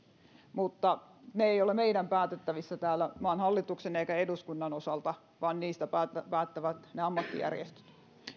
mutta ne eivät ole meidän päätettävissämme täällä maan hallituksen eivätkä eduskunnan osalta vaan niistä päättävät päättävät ne ammattijärjestöt